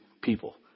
people